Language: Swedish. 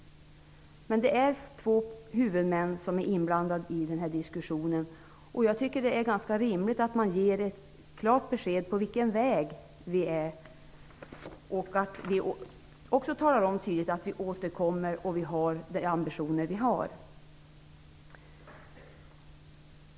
Men nu är två huvudmän inblandade i diskussionen. Det är väl ganska rimligt att ge ett klart besked om på vilken väg vi är, att tydligt tala om att vi återkommer liksom att tala om vilka ambitioner vi har.